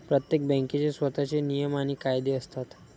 प्रत्येक बँकेचे स्वतःचे नियम आणि कायदे असतात